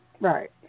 right